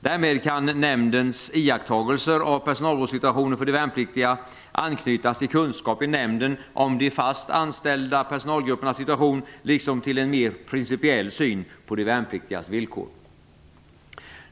Därmed kan nämndens iakttagelser av personalvårdssituationen för de värnpliktiga anknytas till kunskap i nämnden om de fast anställda personalgruppernas situation liksom till en mer principiell syn på de värnpliktigas villkor.